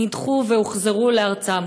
נדחו והוחזרו לארצם,